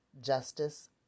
Justice